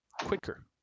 quicker